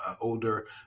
older